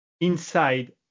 inside